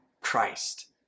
Christ